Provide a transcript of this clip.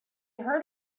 heard